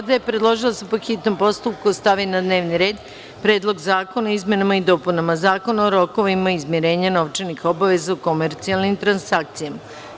Vlada je predložila da se po hitnom postupku stavi na dnevni red – Predlog zakona o izmenama i dopunama Zakona o rokovima izmirenja novčanih obaveza u komercijalnim transakcijama.